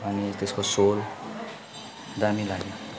अनि त्यसको सोल दामी लाग्यो